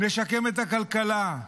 נשקם את הכלכלה,